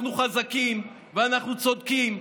אנחנו חזקים ואנחנו צודקים.